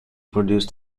produced